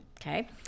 Okay